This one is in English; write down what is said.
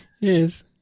Yes